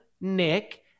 Nick